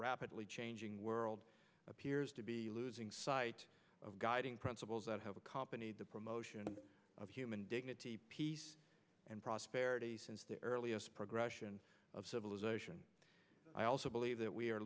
rapidly changing world appears to be losing sight of guiding principles that have a company the promotion of human dignity and prosperity since the earliest progression of civilization i also believe that we are